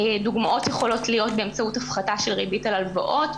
דוגמאות יכולות להיות באמצעות הפחתה של ריבית על הלוואות,